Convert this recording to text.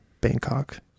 Bangkok